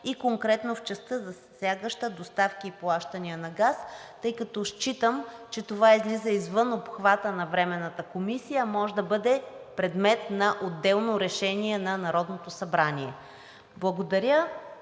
конкретно в частта, засягаща доставки и плащания на газ, тъй като считам, че това излиза извън обхвата на Временната комисия, а може да бъде предмет на отделно решение на Народното събрание. Благодаря.